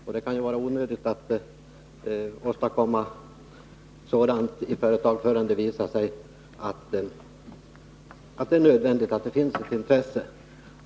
Och det kan vara olämpligt att göra sådant i ett företag innan det visar sig nödvändigt och innan man vet att det finns intresse.